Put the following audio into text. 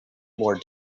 more